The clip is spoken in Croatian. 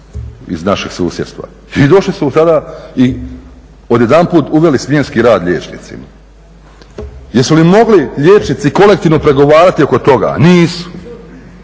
iz našeg susjedstva, i došli su tada i odjedanput uveli smjenski rad liječnicima. Jesu li mogli liječnici kolektivno pregovarati oko toga? Nisu.